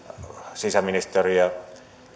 sisäministeriö